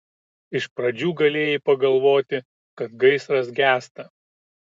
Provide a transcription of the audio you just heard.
iš pradžių galėjai pagalvoti kad gaisras gęsta